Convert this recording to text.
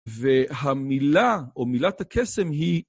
והמילה, או מילת הקסם היא...